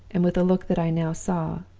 and with a look that i now saw,